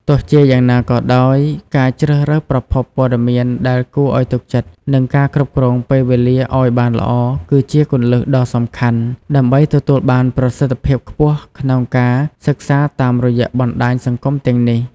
ទោះជាយ៉ាងណាក៏ដោយ ការជ្រើសរើសប្រភពព័ត៌មានដែលគួរឲ្យទុកចិត្ត និងការគ្រប់គ្រងពេលវេលាឲ្យបានល្អ គឺជាគន្លឹះដ៏សំខាន់ដើម្បីទទួលបានប្រសិទ្ធភាពខ្ពស់ក្នុងការសិក្សាតាមរយៈបណ្ដាញសង្គមទាំងនេះ។